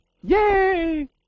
Yay